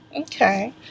Okay